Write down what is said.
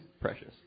Precious